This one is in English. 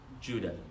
Judah